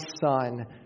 son